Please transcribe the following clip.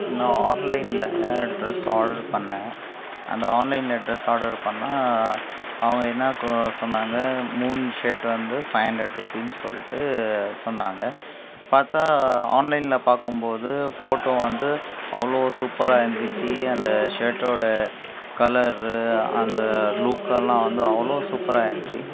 நான் ஆன்லைனில் dress order பண்ணேன் அந்த ஆன்லைனில் ட்ரெஸ் ஆர்டர் பண்ணால் அவங்க என்ன கொ சொன்னாங்க மூணு ஷர்ட் வந்து ஃபைவ் ஹண்ட்ரெட் ருபீனு சொல்லிட்டு சொன்னாங்க பார்த்தா ஆன்லைனில் பார்க்கும்போது ஃபோட்டோ வந்து அவ்வளோ சூப்பராக இருந்துச்சு அந்த ஷர்ட்டோடய கலரு அந்த லுக் எல்லாம் வந்து அவ்வளோ சூப்பராக இருந்துச்சி